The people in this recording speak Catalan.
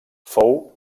fou